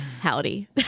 Howdy